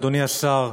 אדוני השר,